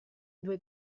due